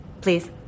Please